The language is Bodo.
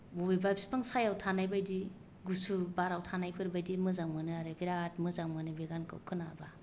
बबेबा बिफां सायाव थानाय बायदि गुसु बाराव थानायफोर बादि मोजां मोनो आरो बिराद मोजां मोनो बे गानखौ खोनाबा